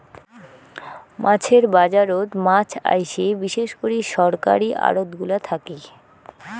মাছের বাজারত মাছ আইসে বিশেষ করি সরকারী আড়তগুলা থাকি